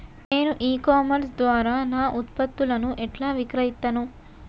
నేను e commerce ద్వారా నా ఉత్పత్తులను ఎట్లా విక్రయిత్తను?